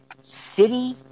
city